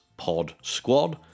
podsquad